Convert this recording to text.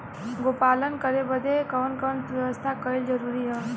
गोपालन करे बदे कवन कवन व्यवस्था कइल जरूरी ह?